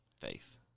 faith